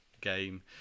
game